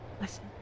Listen